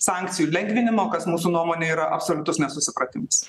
sankcijų lengvinimo kas mūsų nuomone yra absoliutus nesusipratimas